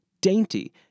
dainty